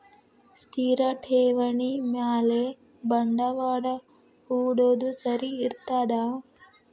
ಸ್ಥಿರ ಠೇವಣಿ ಮ್ಯಾಲೆ ಬಂಡವಾಳಾ ಹೂಡೋದು ಸರಿ ಇರ್ತದಾ?